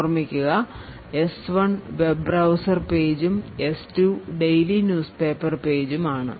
ഓർമ്മിക്കുക S1 web browser പേജും S2 daily news paper പേജും ആണ്